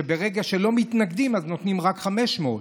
ברגע שלא מתנגדים אז נותנים רק 500 שקלים,